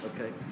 Okay